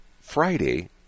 Friday